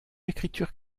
écriture